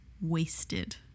Wasted